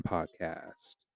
Podcast